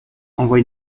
envoie